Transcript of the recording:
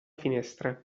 finestra